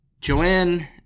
Joanne